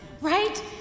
Right